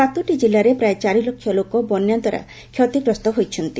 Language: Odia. ସାତୋଟି ଜିଲ୍ଲାରେ ପ୍ରାୟ ଚାରିଲକ୍ଷ ଲୋକ ବନ୍ୟା ଦ୍ୱାରା କ୍ଷତିଗ୍ରସ୍ତ ହୋଇଛନ୍ତି